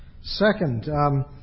Second